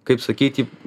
kaip sakyti